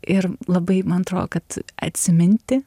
ir labai man atrodo kad atsiminti